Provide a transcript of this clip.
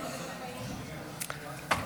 חמלה ואהבה, בטח.